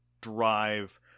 drive